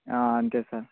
అంతే సార్